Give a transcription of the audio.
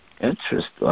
Interesting